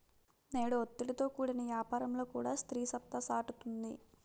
నేడు ఒత్తిడితో కూడిన యాపారంలో కూడా స్త్రీ సత్తా సాటుతుంది